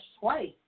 twice